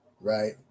Right